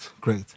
great